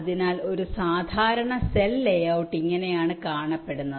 അതിനാൽ ഒരു സാധാരണ സെൽ ലേഔട്ട് ഇങ്ങനെയാണ് കാണപ്പെടുന്നത്